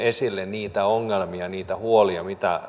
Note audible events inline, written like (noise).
(unintelligible) esille niitä ongelmia niitä huolia mitä